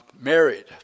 Married